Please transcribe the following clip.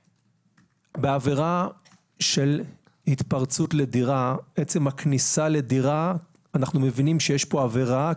בעבירה של התפרצות לדירה בעצם הכניסה לדירה אנחנו מבינים שיש פה עבירה.